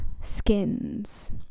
skins